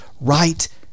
right